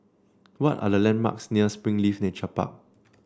what are the landmarks near Springleaf Nature Park